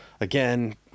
again